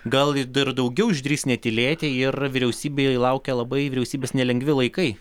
gal dar daugiau išdrįs netylėti ir vyriausybėje laukia labai vyriausybės nelengvi laikai